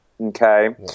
Okay